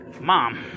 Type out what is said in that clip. mom